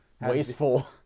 wasteful